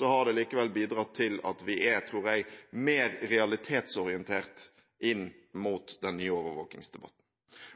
har det likevel bidratt til at vi er, tror jeg, mer realitetsorientert inn mot den nye overvåkingsdebatten.